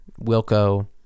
wilco